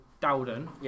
Dowden